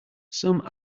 some